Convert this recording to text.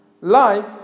life